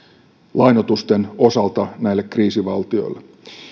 lainoitusten osalta näille kriisivaltioille